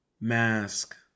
mask